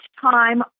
time